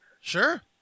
Sure